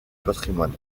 patrimoine